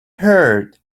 heard